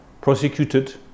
prosecuted